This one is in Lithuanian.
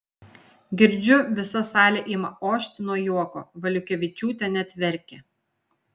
girdžiu visa salė ima ošti nuo juoko valiukevičiūtė net verkia